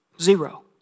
Zero